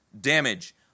damage